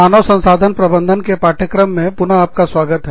मानव संसाधन प्रबंधन के पाठ्यक्रम में पुनस्वागत है